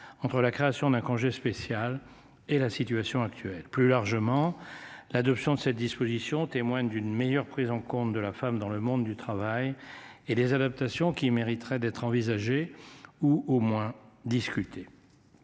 entre la création d'un congé spécial et la situation actuelle. Plus largement, l'adoption de cette disposition témoigne d'une meilleure prise en compte de la femme dans le monde du travail et des adaptations qui mériteraient d'être envisagée ou au moins discuter.